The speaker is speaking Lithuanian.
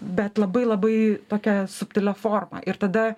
bet labai labai tokia subtilia forma ir tada